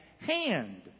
hand